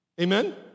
Amen